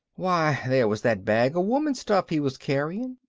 why, there was that bag of woman's stuff he was carrying,